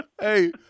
Hey